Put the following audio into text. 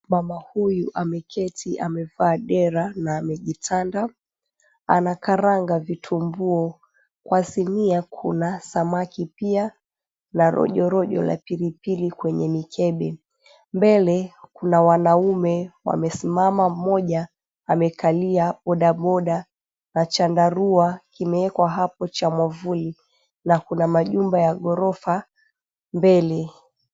Mama huyu ameketi amevaa dera na amejitanda, anakaranga vitumbuo. Kwa sinia kuna samaki pia na rojorojo la pilipili kwenye mikebe. Mbele kuna wanaume wamesimama mmoja amekalia bodaboda na chandarua kimeekwa hapo cha mwavuli na kuna majumba ya ghorofa mbele.